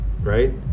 right